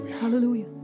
Hallelujah